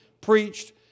preached